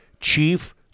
chief